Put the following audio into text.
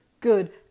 good